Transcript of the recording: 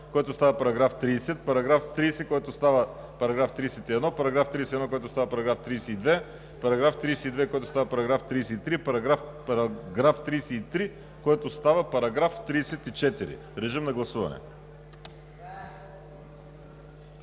режим на гласуване.